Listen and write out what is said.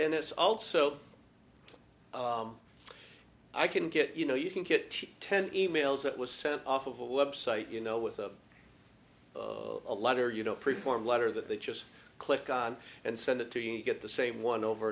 and it's also i can get you know you can get ten e mails that was sent off of a website you know with of a letter you know pretty form letter that they just click on and send it to you get the same one over